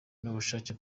n’ubushake